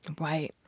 Right